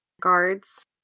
guards